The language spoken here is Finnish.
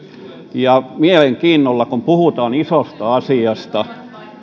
ja mielenkiinnolla nyt kun puhutaan isosta asiasta